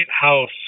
house